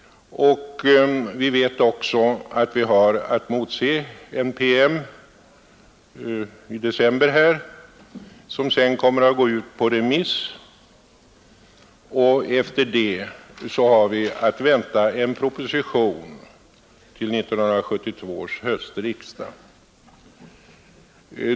Vi vet också att vi har att motse en promemoria i december, vilken sedan kommer att gå ut på remiss. Därefter har vi att vänta en proposition till 1972 års höstriksdag.